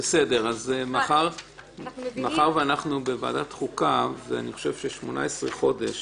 מאחר שאנחנו בוועדת חוקה, ולדעתי, 18 חודש